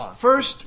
First